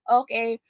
okay